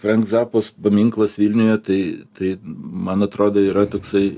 frank zapos paminklas vilniuje tai taip man atrodo yra toksai